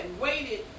waited